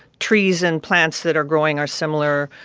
trees and plants that are growing are similar,